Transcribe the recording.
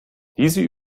diese